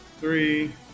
three